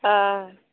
अँ